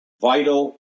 vital